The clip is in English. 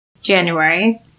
January